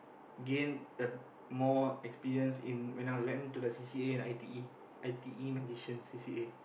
gain the more experience in when I was went to the c_c_a in i_t_e i_t_e magicians c_c_a